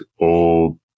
old